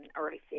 early